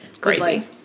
Crazy